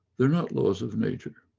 they're not laws of nature.